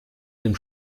dem